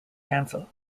council